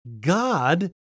God